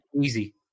Easy